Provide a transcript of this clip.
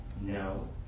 No